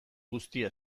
guztia